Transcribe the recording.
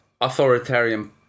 authoritarian